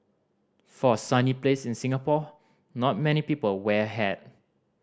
for a sunny place like Singapore not many people wear a hat